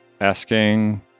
asking